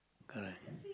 correct